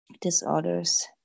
disorders